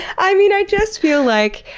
i mean i just feel like,